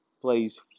plays